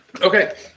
Okay